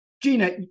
Gina